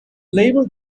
label